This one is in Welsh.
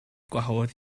gwahodd